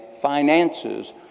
finances